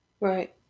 right